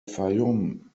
fayoum